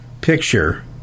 picture